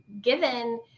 given